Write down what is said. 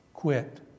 Quit